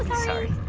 sorry